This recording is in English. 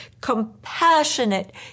compassionate